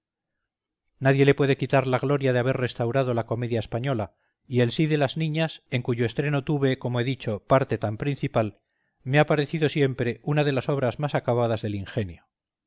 nadie le puede quitar la gloria de haber restaurado la comedia española y el sí de las niñas en cuyo estreno tuve como he dicho parte tan principal me ha parecido siempre una de las obras más acabadas del ingenio